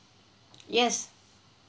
yes